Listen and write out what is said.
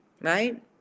right